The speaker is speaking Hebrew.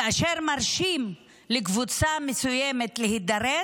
כאשר מרשים שקבוצה מסוימת תידרס,